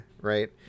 right